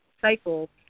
cycle